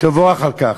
תבורך על כך.